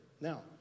Now